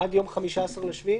עד יום 15 ביולי.